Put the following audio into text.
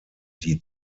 die